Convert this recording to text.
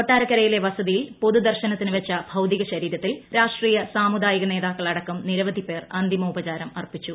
കൊട്ടാര്ക്കര്യിലെ വസതിയിൽ പൊതു ദർശനത്തിന് വച്ച ഭൌതിക ശരീരത്തിൽ രാഷ്ട്രീയ സാമുദായിക നേതാക്കൾ അടക്കം നിരവധി പേർ അന്തിമോപചാരമർപ്പിച്ചു